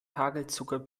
hagelzucker